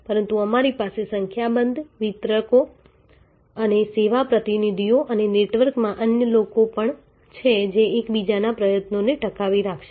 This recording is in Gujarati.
પરંતુ આપણી પાસે સંખ્યાબંધ વિતરકો અને સેવા પ્રતિનિધિઓ અને નેટવર્કમાં અન્ય લોકો પણ છે જે એકબીજાના પ્રયત્નોને ટકાવી રાખશે